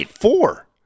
four